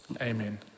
Amen